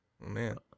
man